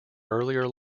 earlier